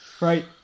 Right